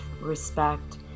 respect